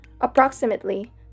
approximately